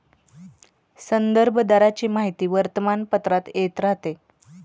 संदर्भ दराची माहिती वर्तमानपत्रात येत राहते